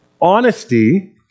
honesty